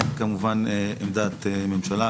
אין כמובן עמדת ממשלה,